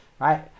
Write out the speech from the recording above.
right